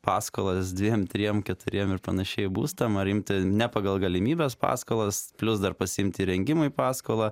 paskolas dviem triem keturiem ir panašiai būstam ar imti ne pagal galimybes paskolas plius dar pasiimt įrengimui paskolą